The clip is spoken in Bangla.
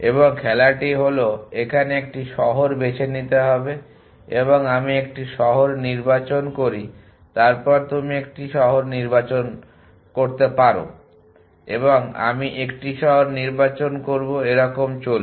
এবং খেলাটি হল এখানে একটি শহর বেছে নিতে হবে এবং আমি একটি শহর নির্বাচন করি তারপর তুমি একটি শহর পছন্দ করো এবং আমি একটি শহর নির্বাচন করবো এরকম চলবে